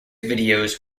videos